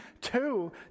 two